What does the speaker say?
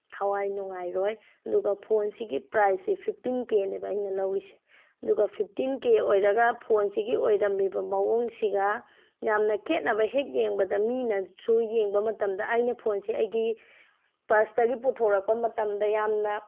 ꯊꯋꯥꯏ ꯅꯨꯡꯉꯥꯏꯔꯣꯏ ꯑꯗꯨꯒ ꯐꯣꯟꯁꯤꯒꯤ ꯄ꯭ꯔꯥꯁꯁꯤ ꯐꯤꯞꯇꯤꯟ ꯀꯦꯅꯦꯕ ꯑꯩꯅ ꯂꯧꯔꯤꯁꯦ ꯑꯗꯨꯒ ꯐꯤꯞꯇꯤꯟ ꯀꯦ ꯑꯣꯏꯔꯒ ꯐꯣꯟꯁꯤꯒꯤ ꯑꯣꯏꯔꯝꯃꯤꯕ ꯃꯑꯣꯡꯁꯤꯒ ꯌꯥꯝꯅ ꯈꯦꯅꯕ ꯍꯦꯛ ꯌꯦꯡꯕꯗ ꯃꯤꯅꯁꯨ ꯌꯦꯡꯕ ꯃꯇꯝꯗ ꯑꯩꯅ ꯐꯣꯟꯁꯦ ꯑꯩꯒꯤ ꯄ꯭ꯔꯁꯇꯒꯤ ꯄꯨꯊꯣꯔꯛꯄ ꯃꯇꯝꯗ ꯌꯥꯝꯅ